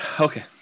okay